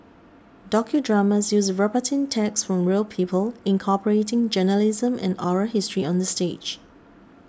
docudramas use verbatim text from real people incorporating journalism and oral history on the stage